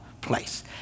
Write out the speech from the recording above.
place